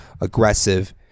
aggressive